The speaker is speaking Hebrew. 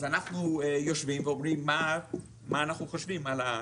אנחנו יושבים ואומרים מה אנחנו חושבים על,